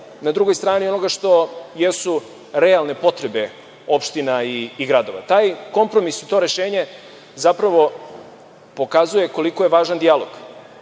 na drugoj strani onoga što jesu realne potrebe opština i gradova. Taj kompromis i to rešenje zapravo pokazuje koliko je važan dijalog